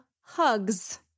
hugs